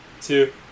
two